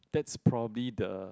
that's probably the